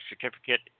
Certificate